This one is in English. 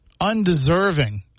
undeserving